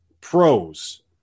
pros –